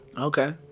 Okay